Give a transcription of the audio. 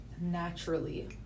naturally